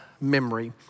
memory